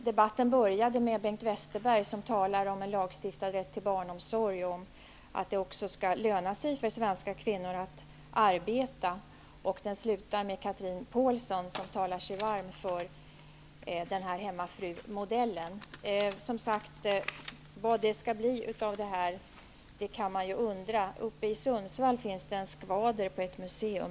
Debatten började med att Bengt Westerberg talade om en lagstiftad rätt till barnomsorg och om att det också skall löna sig för svenska kvinnor att arbeta, och den slutar med att Chatrine Pålsson talar sig varm för den här hemmafrumodellen. Vad det skall bli av det här kan man som sagt undra. Uppe i Sundsvall finns det en skvader på ett museum.